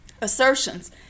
assertions